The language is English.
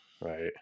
Right